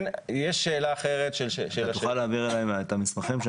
אתה תוכל להעביר אלינו את המסמכים,